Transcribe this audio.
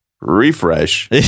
Refresh